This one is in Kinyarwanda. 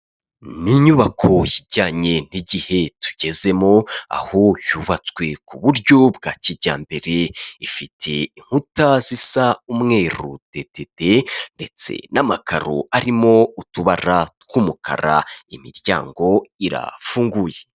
Ni inyubako ijyanye n'igihe tugezemo aho yubatswe ku buryo bwa kijyambere ifite inkuta zisa n'umweru dedede ndetse n'amakaro arimo utubara tw'umukara imiryango irafunguye.